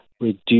reduce